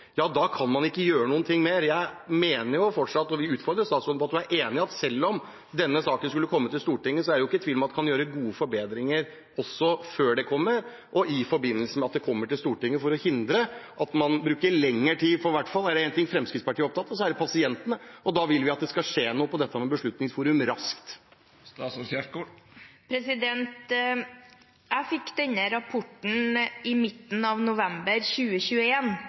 ja, da kan man ikke gjør noe mer. Jeg mener fortsatt og vil utfordre statsråden på om hun er enig i at selv om denne saken skulle komme til Stortinget, er det ikke tvil om at en kan gjøre gode forbedringer også før den kommer, og i forbindelse med at den kommer til Stortinget, for å hindre at man bruker lengre tid. For er det en ting i hvert fall Fremskrittspartiet er opptatt av, er det pasientene, og da vil vi at det raskt skal skje noe med dette med Beslutningsforum. Jeg fikk denne rapporten i midten av november